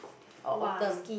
or autumn